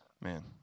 Man